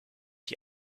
die